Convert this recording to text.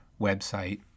website